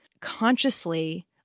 Consciously